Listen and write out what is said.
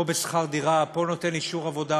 פה שכר דירה, פה הוא נותן אישור עבודה.